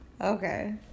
Okay